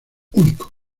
único